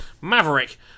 Maverick